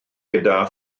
gyda